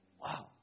Wow